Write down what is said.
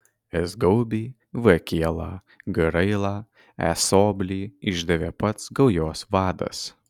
s gaubį v kielą g railą e soblį išdavė pats gaujos vadas